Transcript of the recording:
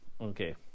Okay